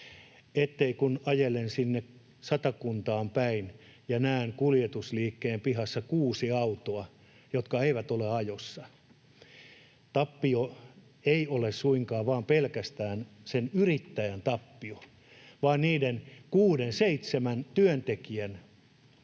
niin, kun ajelen sinne Satakuntaan päin, että näen kuljetusliikkeen pihassa kuusi autoa, jotka eivät ole ajossa. Tappio ei ole suinkaan vain pelkästään sen yrittäjän tappio, vaan se on tappio myös niiden kuuden seitsemän työntekijän osalta,